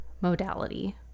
modality